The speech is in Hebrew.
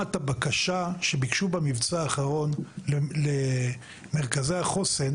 את הבקשה שביקשו במבצע האחרון למרכזי החוסן,